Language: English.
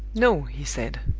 no! he said,